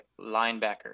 linebacker